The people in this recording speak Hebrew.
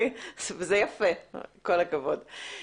כל הכבוד.